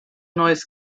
neues